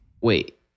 Wait